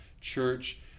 church